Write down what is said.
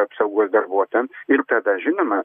apsaugos darbuotojam ir tada žinoma